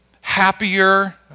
happier